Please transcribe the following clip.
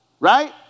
Right